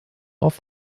auf